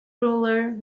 rulers